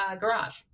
garage